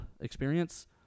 experience